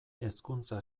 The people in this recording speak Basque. hezkuntza